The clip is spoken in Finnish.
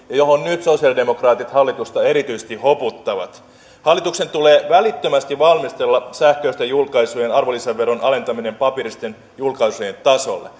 ja johon nyt sosiaalidemokraatit hallitusta erityisesti hoputtavat hallituksen tulee välittömästi valmistella sähköisten julkaisujen arvonlisäveron alentaminen paperisten julkaisujen tasolle